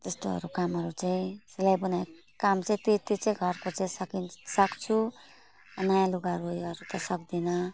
त्यस्तोहरू कामहरू चाहिँ सिलाइ बुनाइको काम चाहिँ त्यति चाहिँ घरको चाहिँ सकि सक्छु नयाँ लुगाहरू योहरू त सक्दिनँ